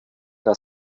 der